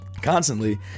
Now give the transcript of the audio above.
constantly